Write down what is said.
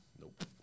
Nope